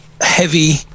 heavy